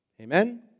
Amen